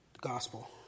gospel